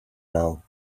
now